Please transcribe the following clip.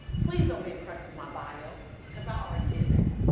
please don't be impressed with my bio because i already did that.